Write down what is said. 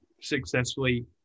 successfully